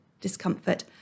discomfort